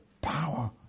power